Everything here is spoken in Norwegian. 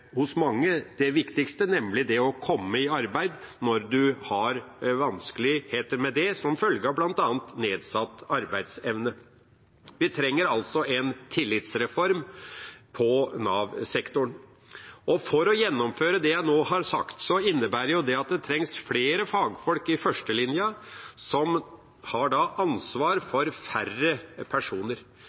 følge av nedsatt arbeidsevne. Vi trenger altså en tillitsreform i Nav-sektoren. For å gjennomføre det jeg nå har sagt, innebærer det at det trengs flere fagfolk i førstelinjen som har ansvar for færre personer.